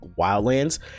Wildlands